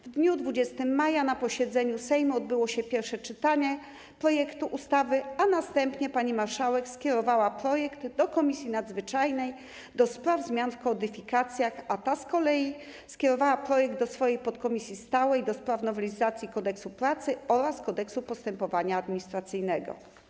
W dniu 20 maja na posiedzeniu Sejmu odbyło się pierwsze czytanie projektu ustawy, a następnie pani marszałek skierowała projekt do Komisji Nadzwyczajnej do spraw zmian w kodyfikacjach, a ta z kolei skierowała projekt do swojej Podkomisji stałej do spraw nowelizacji Kodeksu pracy oraz Kodeksu postępowania administracyjnego.